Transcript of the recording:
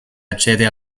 accede